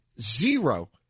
Zero